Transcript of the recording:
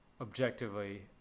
objectively